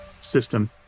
system